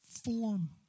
form